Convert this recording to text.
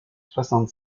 soixante